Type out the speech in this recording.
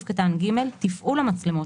(ג)תפעול המצלמות,